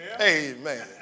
Amen